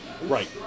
Right